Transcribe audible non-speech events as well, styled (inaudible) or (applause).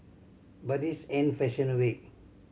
but this ain't fashion (unintelligible) week